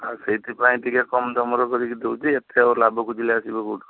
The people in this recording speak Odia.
ଆଉ ସେଇଥିପାଇଁ ଟିକିଏ କମ୍ ଦାମ୍ର କରିକି ଦଉଛି ଏତେ ଆଉ ଲାଭ ଖୋଜିଲେ ଆସିବ କେଉଁଠୁ